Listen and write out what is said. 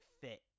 fit